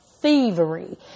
thievery